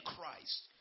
Christ